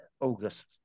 August